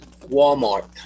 Walmart